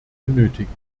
benötigen